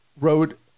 wrote